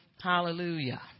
Hallelujah